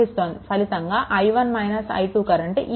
ఫలితంగా i1 - i2 current ఈ దిశలో ప్రవహిస్తోంది